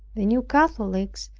the new catholics,